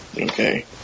Okay